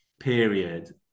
period